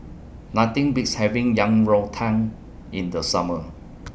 Nothing Beats having Yang Rou Tang in The Summer